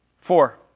four